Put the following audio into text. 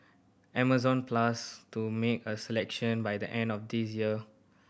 Amazon plans to make a selection by the end of this year